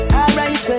Alright